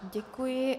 Děkuji.